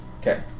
Okay